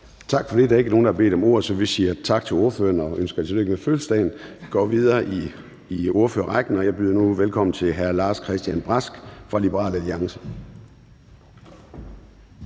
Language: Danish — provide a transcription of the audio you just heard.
Tak for det. Der er ikke nogen, der har bedt om ordet, så vi siger tak til ordføreren – og ønsker hende tillykke med fødselsdagen. Vi går videre i ordførerrækken, og jeg byder nu velkommen til hr. Lars-Christian Brask fra Liberal Alliance.